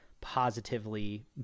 positively